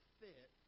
fit